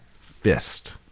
fist